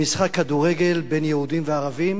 במשחק כדורגל בין יהודים לערבים,